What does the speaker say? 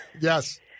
yes